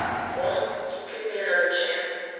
won't you give me another chance?